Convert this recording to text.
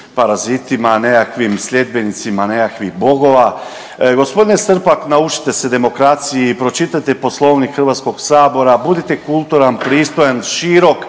nekakvim sljedbenicima nekakvih bogova. Gospodine Srpak, naučite se demokraciji i pročitajte Poslovnik HS, budite kulturan, pristojan, širok